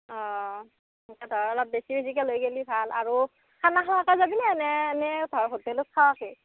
অ' ধৰ অলপ বেছি বেছিকৈ লৈ গ'লে ভাল আৰু খানা খোৱাকৈ যাবিনে নে এনে ধৰ হোটেলত খোৱাকৈ